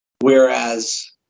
whereas